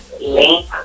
link